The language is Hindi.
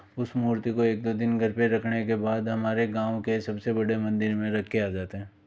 उस मूर्ती को एक दो दिन घर पर रखने के बाद हमारे गाँव के सबसे बड़े मंदिर में रख कर आ जाते हैं